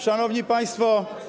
Szanowni Państwo!